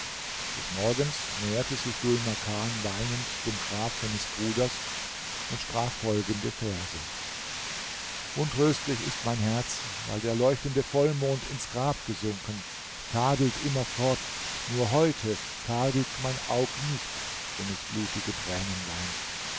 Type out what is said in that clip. des morgens näherte sich dhul makan weinend dem grab seines bruders und sprach folgende verse untröstlich ist mein herz weil der leuchtende vollmond ins grab gesunken tadelt immerfort nur heute tadelt mein aug nicht wenn es blutige tränen weint